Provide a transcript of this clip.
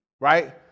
right